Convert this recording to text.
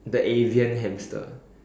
the Avian hamster